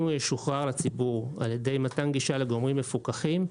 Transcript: אם הוא ישוחרר לציבור על ידי מתן גישה לגורמים מפוקחים,